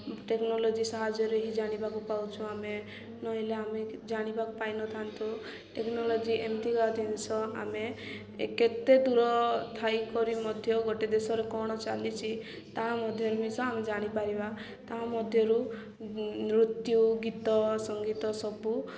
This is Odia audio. ଟେକ୍ନୋଲୋଜି ସାହାଯ୍ୟରେ ହିଁ ଜାଣିବାକୁ ପାଉଛୁ ଆମେ ନହେଲେ ଆମେ ଜାଣିବାକୁ ପାଇ ନଥାନ୍ତୁ ଟେକ୍ନୋଲୋଜି ଏମିତିକା ଜିନିଷ ଆମେ କେତେ ଦୂର ଥାଇକରି ମଧ୍ୟ ଗୋଟେ ଦେଶରେ କ'ଣ ଚାଲିଛି ତାହା ମଧ୍ୟରେ ମିଷ ଆମେ ଜାଣିପାରିବା ତାହା ମଧ୍ୟରୁ ନୃତ୍ୟ ଗୀତ ସଙ୍ଗୀତ ସବୁ